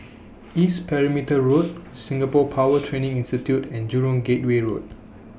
East Perimeter Road Singapore Power Training Institute and Jurong Gateway Road